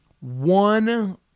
one